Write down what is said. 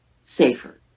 safer